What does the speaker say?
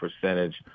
percentage